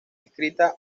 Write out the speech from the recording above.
escrita